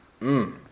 Mmm